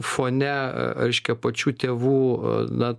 fone reiškia pačių tėvų na